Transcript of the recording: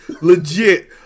legit